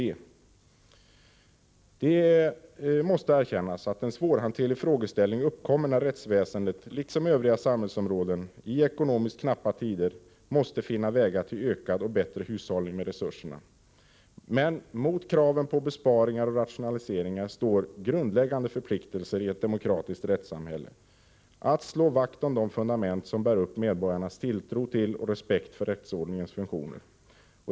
Det måste erkännas att en svårhanterlig frågeställning uppkommer när rättsväsendet, liksom övriga samhällsområden, i ekonomiskt knappa tider måste finna vägar till ökad och bättre hushållning med resurserna. Mot kraven på besparingar och rationaliseringar står emellertid grundläggande förpliktelser i ett demokratiskt rättssamhälle att slå vakt om de fundament som bär upp medborgarnas tilltro till och respekt för rättsordningens funktioner.